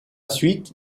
suite